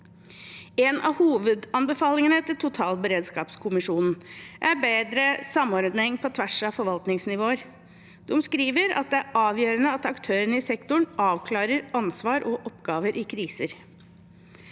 En av hovedanbefalingene til totalberedskapskommisjonen er bedre samordning på tvers av forvaltningsnivåer. De skriver at det er avgjørende at aktørene i sektoren avklarer ansvar og oppgaver i kriser.